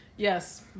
yes